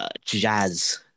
Jazz